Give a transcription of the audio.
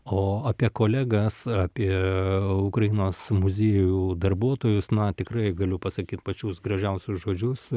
o apie kolegas apie ukrainos muziejų darbuotojus na tikrai galiu pasakyt pačius gražiausius žodžius